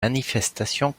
manifestations